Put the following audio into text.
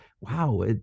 wow